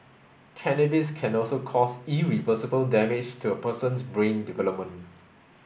cannabis can also cause irreversible damage to a person's brain development